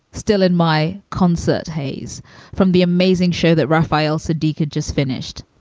still in my concert haze from the amazing show that rafael saadiq had just finished.